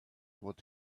what